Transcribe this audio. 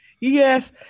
Yes